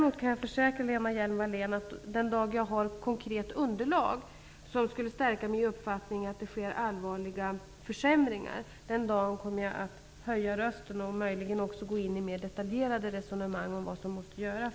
Men jag kan försäkra Lena Hjelm-Wallén att den dag som jag har ett konkret underlag som stärker uppfattningen att det sker allvarliga försämringar kommer jag att höja rösten och gå in i mer detaljerade resonemang om vad som måste göras.